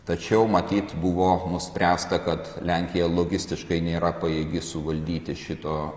tačiau matyt buvo nuspręsta kad lenkija logistiškai nėra pajėgi suvaldyti šito